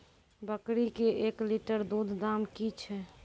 बकरी के एक लिटर दूध दाम कि छ?